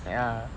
ya